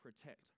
protect